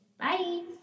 Bye